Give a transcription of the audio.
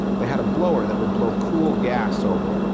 they has a blower that would blow cool gas over it.